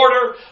order